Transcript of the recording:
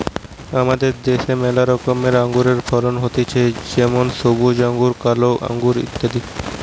আমাদের দ্যাশে ম্যালা রকমের আঙুরের ফলন হতিছে যেমন সবুজ আঙ্গুর, কালো আঙ্গুর